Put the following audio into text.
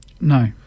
No